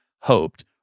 hoped